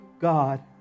God